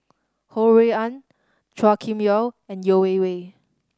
Ho Rui An Chua Kim Yeow and Yeo Wei Wei